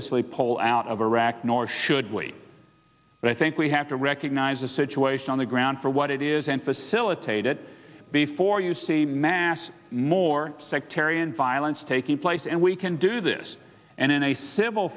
lee pull out of iraq nor should we but i think we have to recognize the situation on the ground for what it is and facilitate it before you see mass more sectarian violence taking place and we can do this and in a civil